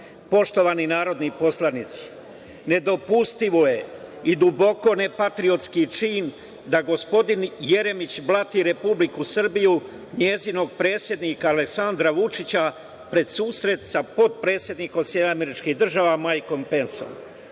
Srbiji. Poštovani narodni poslanici, nedopustivo je i duboko nepatriotski čin da gospodin Jeremić blati Republiku Srbiju, njezinog predsednika Aleksandra Vučića pred susret sa potpredsednikom SAD Majkom Pensom.